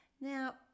Now